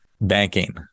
Banking